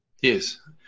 Yes